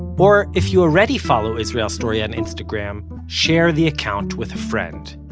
or if you already follow israel story on instagram share the account with a friend.